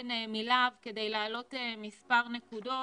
מלהב כדי להעלות מספר נקודות.